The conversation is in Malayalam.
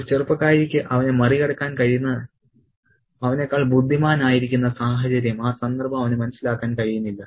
ഒരു ചെറുപ്പക്കാരിക്ക് അവനെ മറികടക്കാൻ കഴിയുന്ന അവനെക്കാൾ ബുദ്ധിമാനായിരിക്കുന്ന സാഹചര്യം ആ സന്ദർഭം അവന് മനസ്സിലാക്കാൻ കഴിയുന്നില്ല